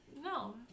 No